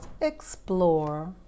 explore